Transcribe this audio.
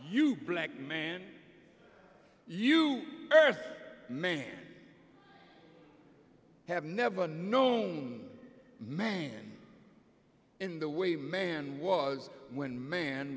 you black man you men have never known men in the way man was when man